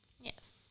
Yes